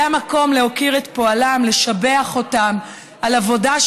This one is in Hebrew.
זה המקום להוקיר את פועלם ולשבח אותם על העבודה,